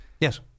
Yes